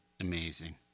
Amazing